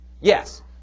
Yes